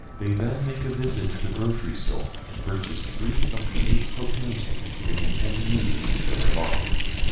they then make a visit to the grocery store to purchase three of the eight propane tanks they intend to use for their bombs.